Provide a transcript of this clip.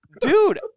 Dude